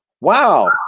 wow